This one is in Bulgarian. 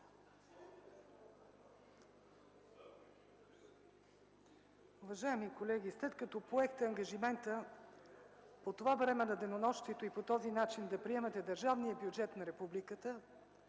Уважаеми колеги, след като поехте ангажимента по това време на денонощието и по този начин да приемате държавния бюджет на републиката,